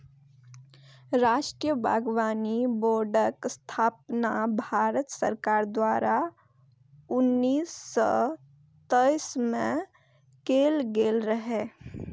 राष्ट्रीय बागबानी बोर्डक स्थापना भारत सरकार द्वारा उन्नैस सय चौरासी मे कैल गेल रहै